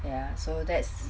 ya so that's